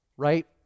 right